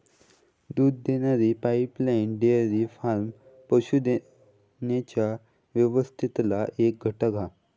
दूध देणारी pipeline dairy farm पशू देण्याच्या व्यवस्थेतला एक घटक हा